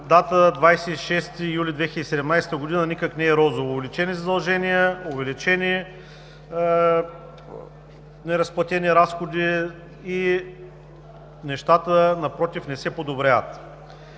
дата 26 юли 2017 г. никак не е розово – увеличени задължения, увеличени неразплатени разходи и нещата напротив, не се подобряват.